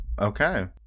Okay